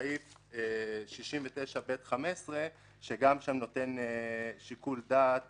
בסעיף 69ב15, שגם שם זה נותן שיקול דעת